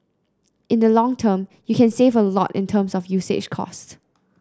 in the long term you can save a lot in terms of usage cost